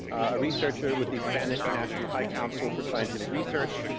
a researcher with the spanish national high council for scientific research.